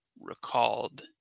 recalled